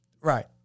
Right